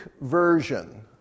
version